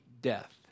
death